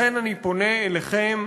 לכן אני פונה אליכם,